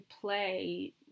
play